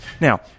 Now